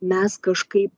mes kažkaip